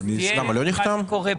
אז תדע מה קורה פה.